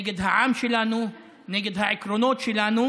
נגד העם שלנו, נגד העקרונות שלנו,